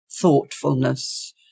thoughtfulness